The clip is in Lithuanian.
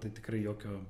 tai tikrai jokio